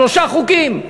שלושה חוקים.